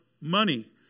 money